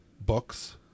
books